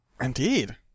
Indeed